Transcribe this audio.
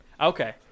Okay